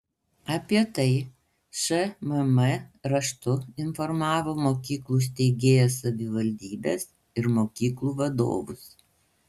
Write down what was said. apie tai šmm raštu informavo mokyklų steigėjas savivaldybes ir mokyklų vadovus